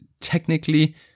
technically